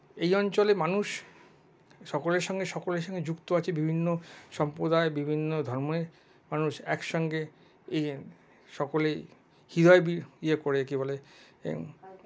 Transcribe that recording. এই অঞ্চলে মানুষ সকলের সঙ্গে সকলের সঙ্গে যুক্ত আছে বিভিন্ন সম্প্রদায় বিভিন্ন ধর্মের মানুষ একসঙ্গে ইয়ে সকলেই হৃদয় ইয়ে করে কি বলে